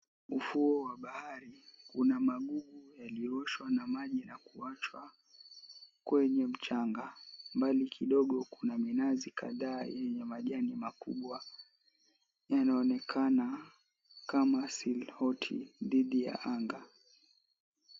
Ufuo wa bahari, una magugu yaliyooshwa na maji na kuwachwa kwenye mchanga. Mbali kidogo kuna minazi kadhaa yenye majani makubwa. Inaonekana kama silhoti dhidi ya anga.